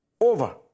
over